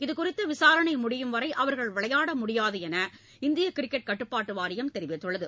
இதுகுறித்த விசாரணை முடியும்வரை அவர்கள் விளையாட முடியாது என்று இந்திய கிரிக்கெட் கட்டுப்பாட்டு வாரியம் தெரிவித்துள்ளது